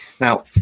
Now